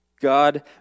God